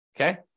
okay